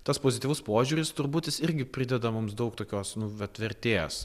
tas pozityvus požiūris turbūt jis irgi prideda mums daug tokios nu vat vertės